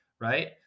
right